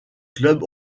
club